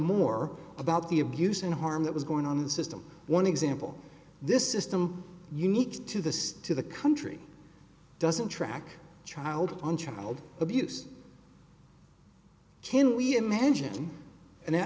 more about the abuse and harm that was going on the system one example this ystem unique to this to the country doesn't track child on child abuse can we imagine and